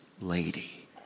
lady